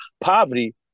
Poverty